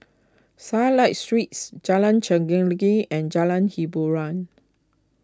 Starlight Suites Jalan Chelagi and Jalan Hiboran